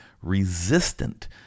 resistant